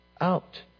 out